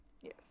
Yes